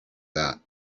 that